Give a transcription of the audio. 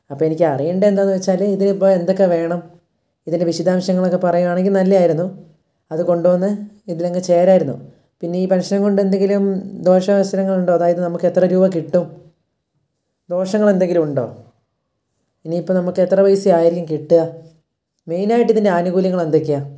അപ്പോൾ എനിക്കറിയേണ്ടത് എന്താണെന്ന് വെച്ചാൽ ഇതിലിപ്പം എന്തൊക്കെ വേണം ഇതിൻ്റെ വിശദാംശങ്ങളൊക്കെ പറയുകയാണെങ്കിൽ നല്ലതായിരുന്നു അത് കൊണ്ടുവന്ന് ഇതിലങ്ങ് ചേരാമായിരുന്നു പിന്നെ ഈ പെൻഷനും കൊണ്ടെന്തെങ്കിലും ദോഷവശങ്ങളുണ്ടോ അതായത് നമുക്കെത്ര രൂപ കിട്ടും ദോഷങ്ങളെന്തെങ്കിലുമുണ്ടോ ഇനിയിപ്പം നമുക്കെത്ര പൈസ ആയിരിക്കും കിട്ടുക മെയിനായിട്ടിതിൻ്റെ ആനുകൂല്യങ്ങളെന്തൊക്കെയാണ്